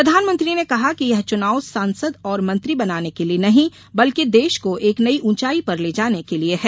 प्रधानमंत्री ने कहा कि यह चुनाव सांसद और मंत्री बनाने के लिए नहीं बल्कि देश को एक नई ऊंचाई पर ले जाने की है